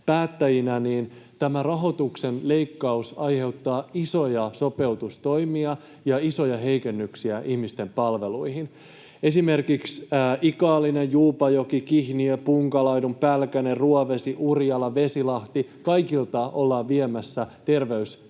päättäjinä, niin tämä rahoituksen leikkaus aiheuttaa isoja sopeutustoimia ja isoja heikennyksiä ihmisten palveluihin. Esimerkiksi Ikaalinen, Juupajoki, Kihniö, Punkalaidun, Pälkäne, Ruovesi, Urjala, Vesilahti — kaikilta ollaan viemässä terveyskeskus